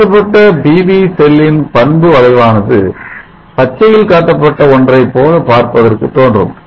மாற்றப்பட்ட PV செல்லின் பண்பு வளைவானது பச்சையில் காட்டப்பட்ட ஒன்றைப் போல பார்ப்பதற்கு தோன்றும்